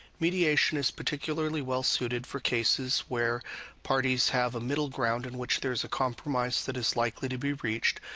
mediation is particularly well suited for cases where parties have a middle ground in which there's a compromise that is likely to be reached,